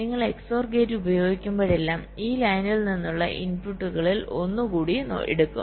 നിങ്ങൾ XOR gate ഉപയോഗിക്കുമ്പോഴെല്ലാം ഈ ലൈനിൽ നിന്നുള്ള ഇൻപുട്ടുകളിൽ ഒന്ന് കൂടി എടുക്കും